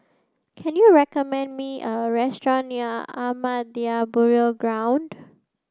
can you recommend me a restaurant near Ahmadiyya Burial Ground